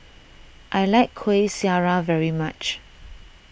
I like Kuih Syara very much